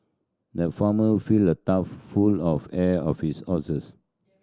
the farmer filled a trough full of hay of his horses